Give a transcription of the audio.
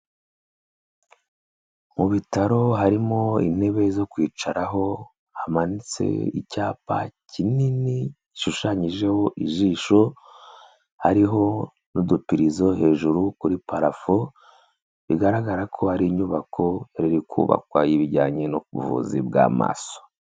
Mu bitaro harimo intebe zo kwicaraho hamanitse icyapa kinini gishushanyijeho ijisho, hariho n'udupirizo hejuru kuri parafo bigaragara ko hari inyubako iri kubakwa y'ibijyanye no ku buvuzi bw'amaso.